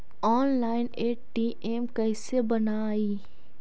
Online ATM card कैसे बनाई?